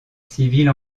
civile